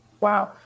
Wow